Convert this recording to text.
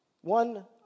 One